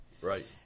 Right